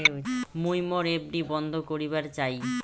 মুই মোর এফ.ডি বন্ধ করিবার চাই